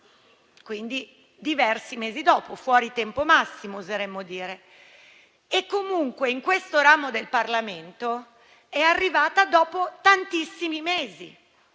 quindi diversi mesi dopo (fuori tempo massimo, oseremmo dire). Comunque, in questo ramo del Parlamento è arrivata dopo tantissimi mesi,